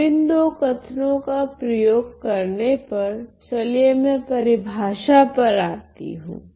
अब इन दो कथनो का प्रयोग करने पर चलिए मैं परिभाषा पर आती हूँ